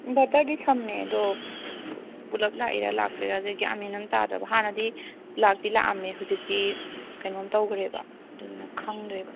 ꯏꯟꯚꯔꯇꯔꯗꯤ ꯁꯝꯃꯦ ꯑꯗꯣ ꯄꯨꯂꯞ ꯂꯥꯛꯏꯔꯥ ꯂꯥꯛꯇ꯭ꯔꯤꯔꯁꯦ ꯒ꯭ꯌꯥꯟ ꯃꯦꯟ ꯑꯝ ꯇꯥꯗ꯭ꯔꯕ ꯍꯥꯟꯅꯗꯤ ꯂꯥꯛꯇꯤ ꯂꯥꯛꯑꯝꯃꯦ ꯍꯧꯖꯤꯛꯇꯤ ꯀꯩꯅꯣꯝ ꯇꯧꯈ꯭ꯔꯦꯕ ꯑꯗꯨꯗꯨꯅ ꯈꯪꯗ꯭ꯔꯦꯕ